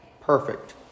perfect